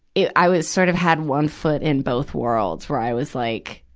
it, i was sort of had one foot in both worlds, where i was like,